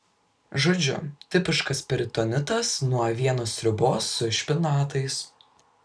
žodžiu tipiškas peritonitas nuo avienos sriubos su špinatais